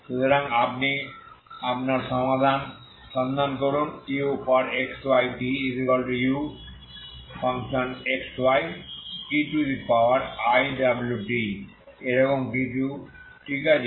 সুতরাং আপনি আপনার সমাধান সন্ধান করুন uxytuxyeiwtএরকম কিছু ঠিক আছে